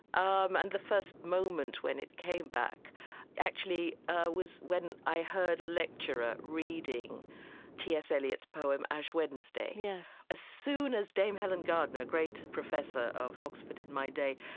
um and the first moment when it came back actually ah was when i heard a lecturer reading t s. eliot's poem ash wednesday. yeah as soon as dame helen gardner, great professor of oxford in my day,